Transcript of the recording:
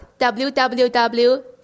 www